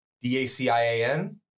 D-A-C-I-A-N